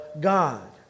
God